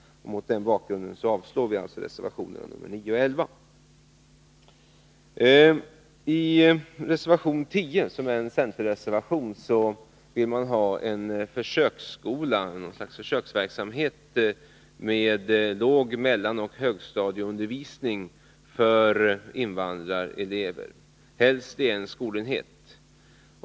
Mot den bakgrunden avstyrker vi alltså reservationerna 9 och 11. I centerreservationen nr 10 vill man ha något slags försöksverksamhet med låg-, mellanoch högstadieundervisning för invandrarelever, helst i en skolenhet.